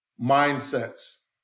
mindsets